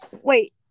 Wait